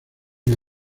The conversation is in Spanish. una